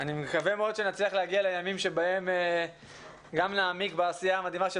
אני מקווה מאוד שנצליח להגיע לימים שבהם גם נעמיק בעשייה המדהימה של